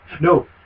No